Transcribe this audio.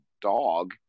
dog